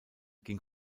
ging